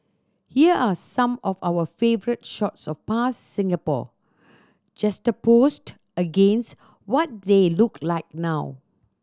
here are some of our favourite shots of past Singapore juxtaposed against what they look like now